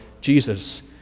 Jesus